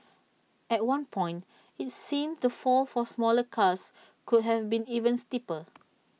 at one point IT seemed the fall for smaller cars could have been even steeper